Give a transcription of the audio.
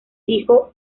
hijo